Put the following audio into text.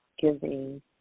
giving